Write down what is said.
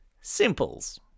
Simples